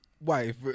wife